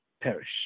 perish